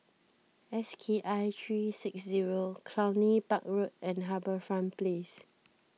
S K I three six zero Cluny Park Road and HarbourFront Place